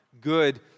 good